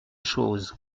chose